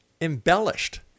embellished